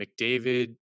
McDavid